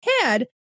head